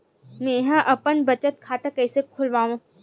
मेंहा अपन बचत खाता कइसे खोलव?